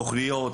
תוכניות,